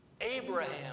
Abraham